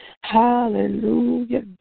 Hallelujah